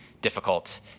difficult